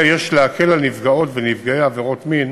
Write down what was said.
יש להקל על נפגעות ונפגעי עבירות מין